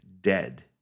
dead